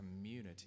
community